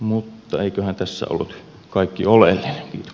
mutta eiköhän tässä ollut kaikki oleellinen